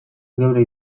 geure